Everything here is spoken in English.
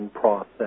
process